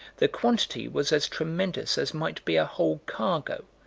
the quantity was as tremendous as might be a whole cargo,